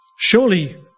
Surely